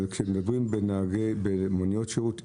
אבל כשמדברים במוניות שירות,